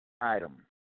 item